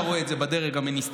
אתה רואה את זה בדרג המיניסטריאלי.